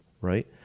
right